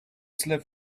slept